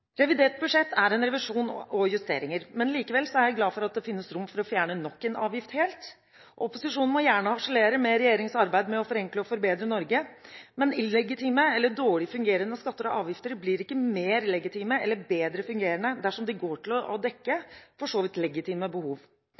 Revidert budsjett er en revisjon og justeringer, men likevel er jeg glad for at det finnes rom for å fjerne nok en avgift helt. Opposisjonen må gjerne harselere med regjeringens arbeid med å forenkle og forbedre Norge, men illegitime eller dårlig fungerende skatter og avgifter blir ikke mer legitime eller bedre fungerende dersom de går til å dekke for så vidt legitime behov.